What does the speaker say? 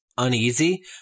Uneasy